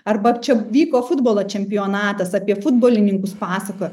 arba čia vyko futbolo čempionatas apie futbolininkus pasakojo